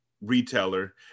retailer